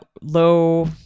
low